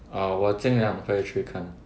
orh 我尽量可以去看